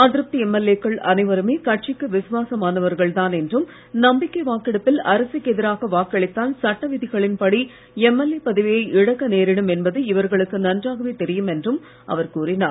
அதிருப்தி எம்எல்ஏக்கள் அனைவருமே கட்சிக்கு விஸ்வாசமானவர்கள் தான் என்றும் நம்பிக்கை வாக்கெடுப்பில் அரசுக்கு எதிராக வாக்களித்தால் சட்ட விதிகளின் படி எம்எல்ஏ பதவியை இழக்க நேரிடும் என்பதும் இவர்களுக்கு நன்றாகவே தெரியும் என்றும் அவர் கூறினார்